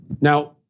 Now